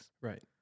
Right